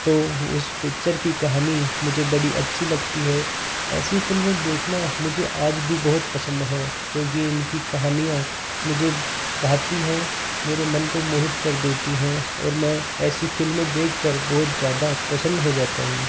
तो उस पिक्चर की कहानी मुझे बड़ी अच्छी लगती है ऐसी फ़िल्में देखना मुझे आज भी बहुत पसंद है क्योंकि इनकी कहानियाँ मुझे भाती हैं मेरे मन को मोहित कर देती हैं और मैं ऐसी फ़िल्में देख कर बहुत ज़्यादा प्रसन्न हो जाता हूँ